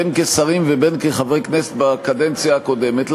בין כשרים ובין כחברי כנסת בקדנציה הקודמת,